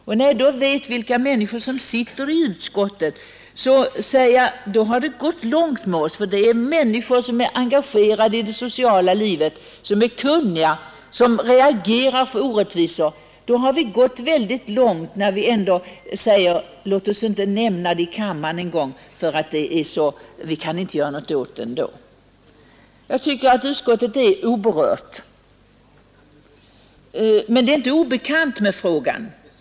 Eftersom jag vet vilka människor som sitter i utskottet — det är människor som är engagerade i det sociala livet, som är kunniga och som reagerar mot orättvisor — måste jag säga mig att det har gått långt med oss när man har den inställningen: ”Låt oss inte nämna det i kammaren en gång — vi kan ändå inte göra någonting åt det.” Jag tycker att utskottet är oberört, men inte obekant med frågan.